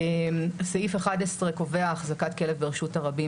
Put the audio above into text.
סעיף 11 קובע החזקת כלב ברשות הרבים